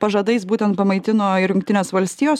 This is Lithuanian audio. pažadais būtent pamaitino ir jungtinės valstijos